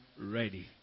ready